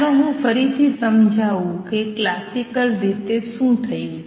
ચાલો હું ફરીથી સમજાવું કે ક્લાસિકલ રીતે શું થયું છે